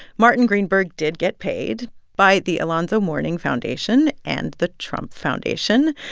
martin greenberg did get paid by the alonzo mourning foundation and the trump foundation.